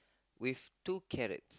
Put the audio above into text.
with two carrots